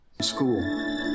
School